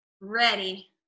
Ready